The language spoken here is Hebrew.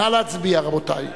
נא להצביע, רבותי.